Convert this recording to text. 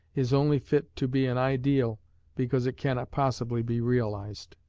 is only fit to be an ideal because it cannot possibly be realized.